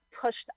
pushed